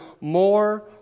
more